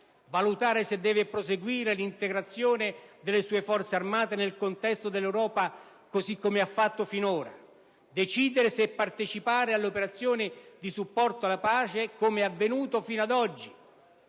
valutare se deve proseguire l'integrazione delle sue Forze armate nel contesto dell'Europa, così com'è avvenuto finora; decidere se partecipare alle operazioni di supporto alla pace, com'è stato fatto fino ad oggi;